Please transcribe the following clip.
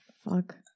fuck